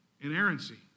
inerrancy